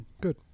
Good